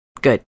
good